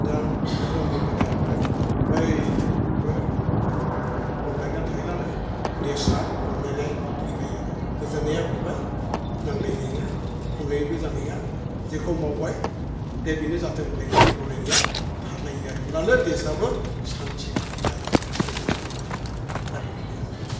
दा दोहोरोमनि बेलायावहाय बयबो अनलायना थायोलानो देसा अनलायनाय फैबाय आरो गोजोननाया फैबाय नांलायनाया खमलायबो जानाया जेखौ मावबाय दे बेनो जोथों होनलायनाया गनायनाया थालायो आरो होनब्लानो देसाबो सान्थि फैयो आरो गोजोननाय फैबाय दा बेखिनियानो